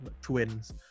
twins